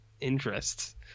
interests